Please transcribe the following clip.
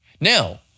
Now